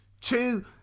two